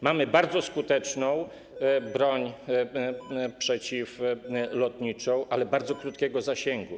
Mamy bardzo skuteczną broń przeciwlotniczą, ale bardzo krótkiego zasięgu.